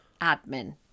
admin